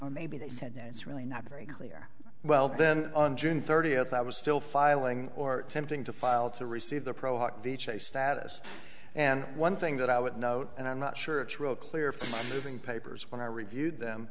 and maybe they said no it's really not very clear well then on june thirtieth i was still filing or attempting to file to receive the pro hockey chase status and one thing that i would note and i'm not sure it's real clear for having papers when i reviewed them